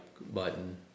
button